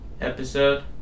episode